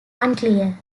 unclear